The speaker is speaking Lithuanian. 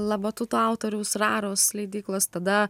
labatuto autoriaus raros leidyklos tada